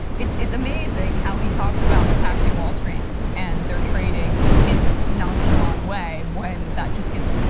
it's it's amazing how he talks about taxing wall street and they're trading in this nonchalant way when that just gives